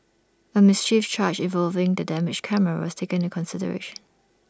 A mischief charge involving the damaged camera was taken in consideration